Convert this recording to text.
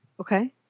Okay